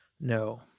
no